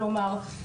כלומר,